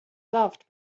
loved